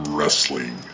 Wrestling